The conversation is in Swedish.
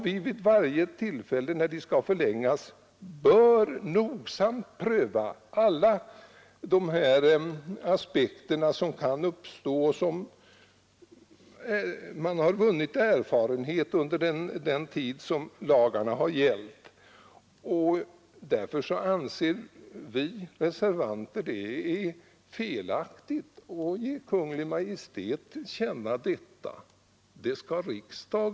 Vid varje tillfälle när de skall förlängas bör vi nogsamt pröva alla de aspekter som kan finnas med hänsyn till de erfarenheter som vunnits under den tid lagarna gällt. Därför anser vi reservanter det felaktigt att ge Kungl. Maj:t detta till känna.